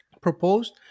proposed